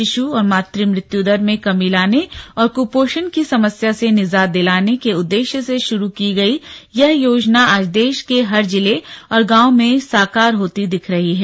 शिश्व और मात मृत्यु दर में कमी लाने और कुपोषण की समस्या से निजात दिलाने के उद्देश्य से शुरू की गई यह योजना आज देश के हर जिले और गांव में साकार होती दिख रही है